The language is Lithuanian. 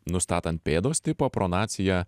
nustatant pėdos tipo pronaciją